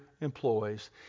employees